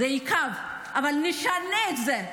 זה יכאב, אבל נשנה את זה.